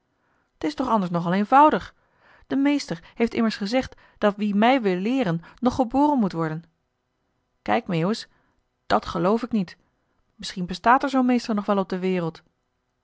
t is toch anders nog al eenvoudig de meester heeft immers gezegd dat wie mij wil leeren nog geboren moet worden kijk meeuwis dat geloof ik niet misschien bestaat er zoo'n meester nog wel op de wereld